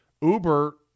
Uber